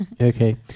Okay